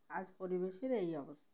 আজ পরিবেশের এই অবস্থা